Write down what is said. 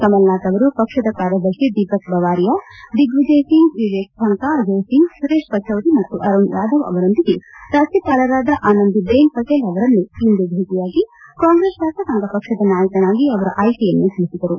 ಕಮಲ್ನಾಥ್ ಅವರು ಪಕ್ಷದ ಕಾರ್ಯದರ್ಶಿ ದೀಪಕ್ ಬವಾರಿಯಾ ದಿಗ್ವಿಜಯ್ ಸಿಂಗ್ ವಇವೇಕ್ ಠಂಕಾ ಅಜಯ್ ಸಿಂಗ್ ಸುರೇಶ್ ಪಚೌರಿ ಮತ್ತು ಅರುಣ್ ಯಾದವ್ ಅವರೊಂದಿಗೆ ರಾಜ್ಲಪಾಲರಾದ ಆನಂದಿಬೆನ್ ಪಟೇಲ್ ಅವರನ್ನು ಇಂದು ಭೇಟಿಯಾಗಿ ಕಾಂಗ್ರೆಸ್ ಶಾಸಕಾಂಗ ಪಕ್ಷದ ನಾಯಕನಾಗಿ ಅವರ ಆಯ್ಲೆಯನ್ನು ತಿಳಿಸಿದರು